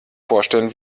vorstellen